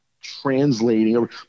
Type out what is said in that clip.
translating